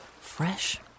fresh